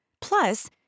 Plus